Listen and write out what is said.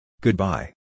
Goodbye